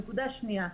נקודה שנייה.